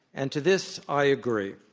and to this i agree